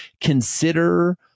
Consider